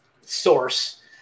source